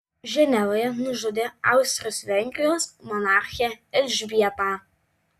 ženevoje nužudė austrijos vengrijos monarchę elžbietą